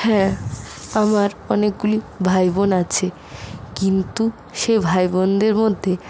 হ্যাঁ আমার অনেকগুলি ভাইবোন আছে কিন্তু সেই ভাইবোনদের মধ্যে